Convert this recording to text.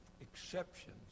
exceptions